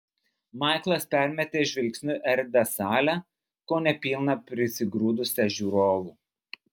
maiklas permetė žvilgsniu erdvią salę kone pilną prisigrūdusią žiūrovų